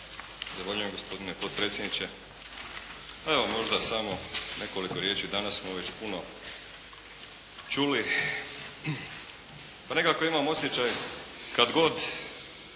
Zahvaljujem gospodine predsjedniče. Pa evo možda samo nekoliko riječi. Danas smo već puno čuli. Pa nekako imam osjećaj kad god